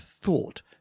thought